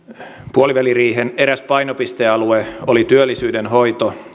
puoliväliriihen eräs painopistealue oli työllisyyden hoito